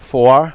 Four